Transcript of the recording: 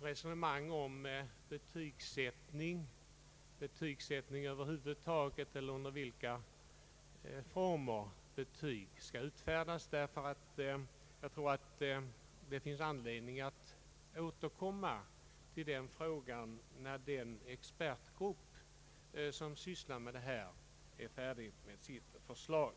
resonemang om betygsättningen eller om under vilka former betyg skall utfärdas, för jag tror att det finns anledning att återkomma till denna fråga, när den expertgrupp som sysslar med detta är färdig med sitt förslag.